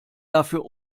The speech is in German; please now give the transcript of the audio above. dafür